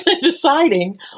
deciding